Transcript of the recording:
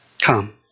Come